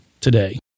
today